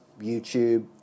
YouTube